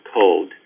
code